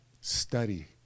study